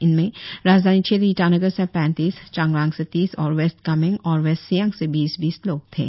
इनमें राजधानी क्षेत्र ईटानगर से पैतीस चांगलांग से तीस और वेस्ट कामेंग और वेस्ट सियांग से बीस बीस लोग थे